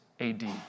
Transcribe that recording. AD